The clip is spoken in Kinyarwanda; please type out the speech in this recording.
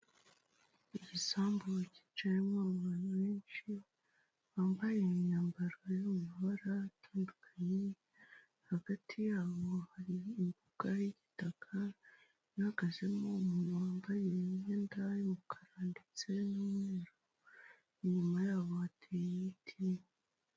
Igisambu cyicayemo abantu benshi bambaye imyambaro yo mu mabara atandukanye, hagati yabo hari imbuga y'igitaka ihagazemo umuntu wambaye imyenda y'umukara ndetse n'umweru, inyuma yabo hateye ibiti.